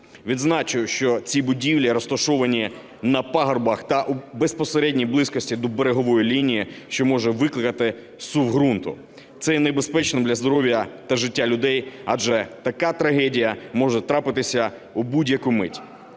Відзначу, що ці будівлі розташовані на пагорбах та безпосередній близькості до берегової лінії, що може викликати зсув ґрунту. Це є небезпечним для здоров'я та життя людей, адже така трагедія може трапитися у будь-яку мить.